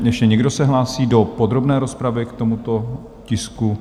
Ještě někdo se hlásí do podrobné rozpravy k tomuto tisku?